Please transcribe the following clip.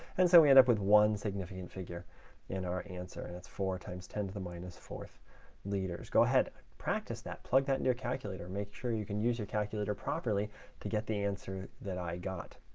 and so we end up with one significant figure in our answer, and it's four times ten to the minus fourth liters. go ahead. practice that. plug that in your calculator. make sure you can use your calculator properly to get the answer that i got.